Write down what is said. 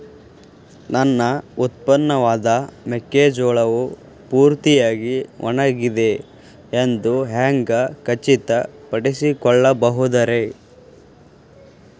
ನನ್ನ ಉತ್ಪನ್ನವಾದ ಮೆಕ್ಕೆಜೋಳವು ಪೂರ್ತಿಯಾಗಿ ಒಣಗಿದೆ ಎಂದು ಹ್ಯಾಂಗ ಖಚಿತ ಪಡಿಸಿಕೊಳ್ಳಬಹುದರೇ?